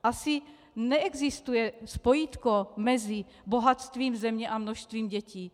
Asi neexistuje spojítko mezi bohatstvím země a množstvím dětí.